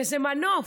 מנוף.